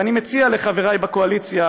ואני מציע לחבריי בקואליציה: